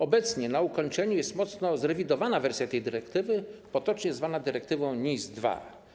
Obecnie na ukończeniu jest mocno zrewidowana wersja tej dyrektywy, potocznie zwana dyrektywą NIS 2.